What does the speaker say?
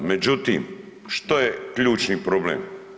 Međutim, što je ključni problem?